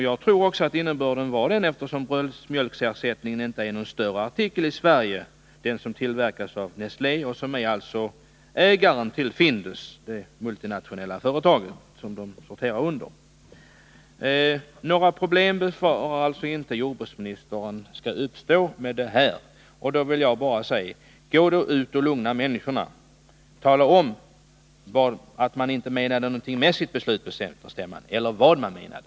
Jag tror också att innebörden var den, eftersom bröstmjölksersättningen inte är någon större artikel i Sverige. Den tillverkas av Nestlé — det multinationella företag som äger Findus. Jordbruksministern befarar alltså inte att det skall uppstå några problem. Jag vill till detta bara säga: Gå då ut och lugna människorna! Tala om att man inte menade någonting med sitt beslut på centerstämman! Eller tala om vad man menade!